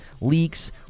leaks